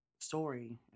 story